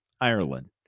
Ireland